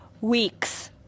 weeks